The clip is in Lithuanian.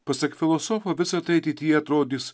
pasak filosofo visa tai ateityje atrodys